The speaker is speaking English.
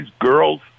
girls